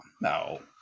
No